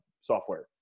software